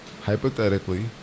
hypothetically